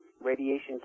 radiation